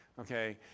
Okay